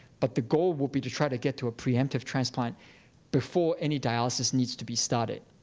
but the goal would be to try to get to a preemptive transplant before any dialysis needs to be started,